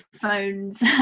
phones